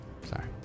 Sorry